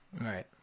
right